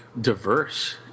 diverse